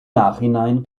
nachhinein